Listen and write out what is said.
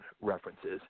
references